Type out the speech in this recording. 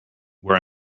were